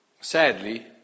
sadly